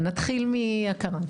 נתחיל מההכרה.